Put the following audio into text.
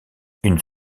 une